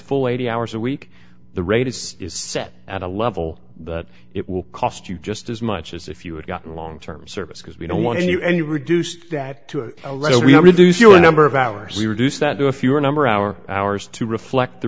full eighty hours a week the rates is set at a level that it will cost you just as much as if you had gotten long term service because we don't want you any reduced that we have reduced your number of hours we reduce that to a fewer number our hours to reflect the